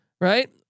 right